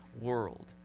world